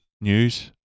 news